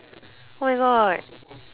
oh my god